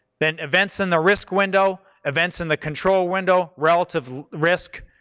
then events in the risk window, events in the control window, relative risk,